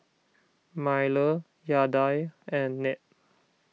Myrle Yadiel and Ned